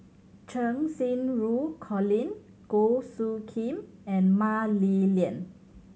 Cheng Xinru Colin Goh Soo Khim and Mah Li Lian